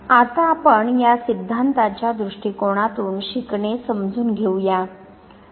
आता आपण त्या सिद्धांताच्या दृष्टिकोनातून शिकणे समजून घेऊया